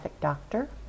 doctor